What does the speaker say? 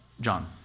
John